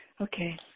Okay